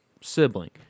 sibling